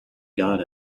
got